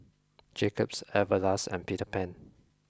Jacob's Everlast and Peter Pan